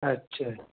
अच्छा